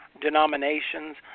denominations